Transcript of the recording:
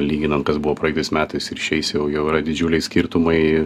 lyginant kas buvo praeitais metais ir šiais jau jau yra didžiuliai skirtumai